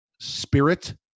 Spirit